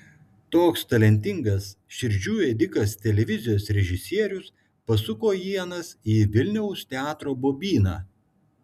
toks talentingas širdžių ėdikas televizijos režisierius pasuko ienas į vilniaus teatro bobyną